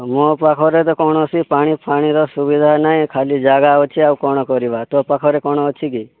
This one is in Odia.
ମୋ ପାଖରେ ତ କୌଣସି ପାଣି ଫାଣି ର ସୁବିଧା ନାହିଁ ଖାଲି ଜାଗା ଅଛି ଆଉ କ'ଣ କରିବା ତୋ ପାଖରେ କ'ଣ ଅଛି କି